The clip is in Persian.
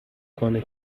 کنه